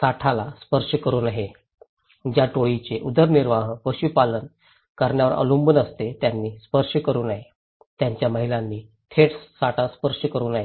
साठाला स्पर्श करु नये ज्या टोळीचे उदरनिर्वाह पशुधन पालन करण्यावर अवलंबून असते त्यांनी स्पर्श करू नये त्यांच्या महिलांनी थेट साठा स्पर्श करू नये